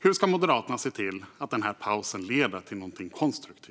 Hur ska Moderaterna se till att pausen leder till något konstruktivt?